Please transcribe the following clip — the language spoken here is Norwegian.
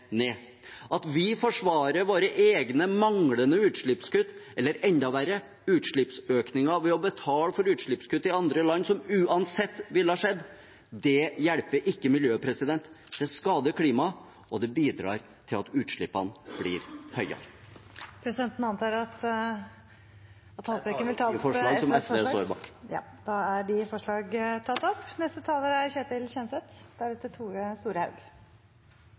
ned. At vi forsvarer våre egne manglende utslippskutt – eller enda verre utslippsøkning – ved å betale for utslippskutt i andre land, noe som uansett ville skjedd, hjelper ikke miljøet. Det skader klimaet, og det bidrar til at utslippene blir høyere. Til slutt vil jeg ta opp forslagene fra SV og Miljøpartiet De Grønne. Representanten Lars Haltbrekken har tatt opp de forslagene han refererte til. Klimautfordringen er